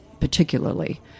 particularly